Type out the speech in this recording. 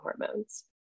hormones